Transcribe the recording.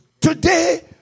Today